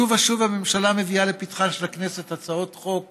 שוב ושוב הממשלה מביאה לפתחה של הכנסת הצעות חוק